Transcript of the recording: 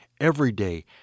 everyday